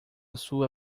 sua